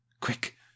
Quick